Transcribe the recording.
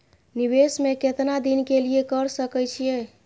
निवेश में केतना दिन के लिए कर सके छीय?